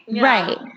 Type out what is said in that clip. Right